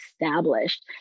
established